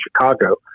Chicago